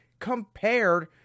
compared